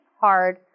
hard